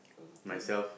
myself